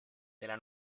della